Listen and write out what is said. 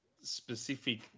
specific